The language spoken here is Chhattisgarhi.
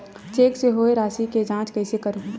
चेक से होए राशि के जांच कइसे करहु?